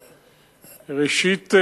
ראשית,